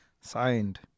signed